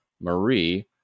Marie